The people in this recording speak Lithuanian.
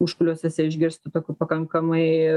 užkulisiuose išgirsti tokių pakankamai